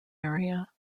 area